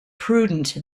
prudent